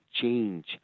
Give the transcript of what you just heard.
change